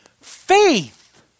faith